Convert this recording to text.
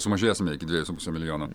sumažėsime iki dviejų su puse milijono